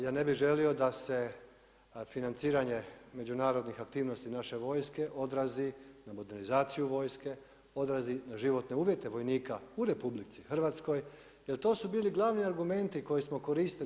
Ja ne bih želio da se financiranje međunarodnih aktivnosti naše vojske odrazi na modernizaciju vojske, odrazi na životne uvjete vojnika u RH jer to su bili glavni argumenti koje smo koristili.